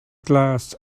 glass